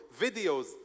videos